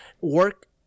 work